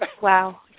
wow